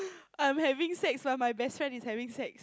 I'm having sex while my best friend is having sex